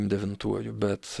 devintuoju bet